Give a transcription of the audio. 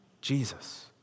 Jesus